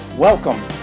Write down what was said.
Welcome